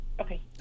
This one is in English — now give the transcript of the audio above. okay